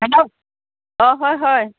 hello অঁ হয় হয়